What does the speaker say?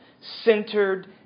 centered